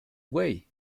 way